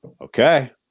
Okay